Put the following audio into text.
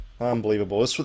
Unbelievable